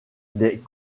des